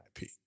IP